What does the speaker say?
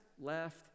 left